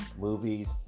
movies